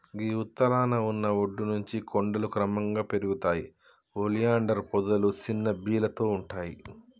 గీ ఉత్తరాన ఉన్న ఒడ్డు నుంచి కొండలు క్రమంగా పెరుగుతాయి ఒలియాండర్ పొదలు సిన్న బీలతో ఉంటాయి